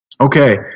Okay